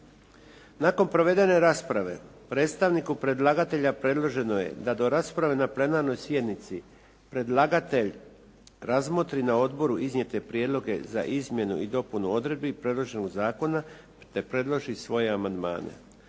Nakon provedene rasprave predstavniku predlagatelja predloženo je da do rasprave na plenarnoj sjednici predlagatelj razmotri na odboru iznijete prijedloge za izmjenu i dopunu odredbi predloženog zakona te predloži svoje amandmane.